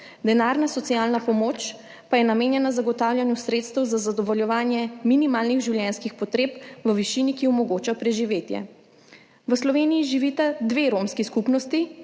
Denarna socialna pomoč pa je namenjena zagotavljanju sredstev za zadovoljevanje minimalnih življenjskih potreb v višini, ki omogoča preživetje. V Sloveniji živita dve romski skupnosti,